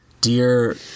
Dear